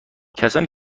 کسایی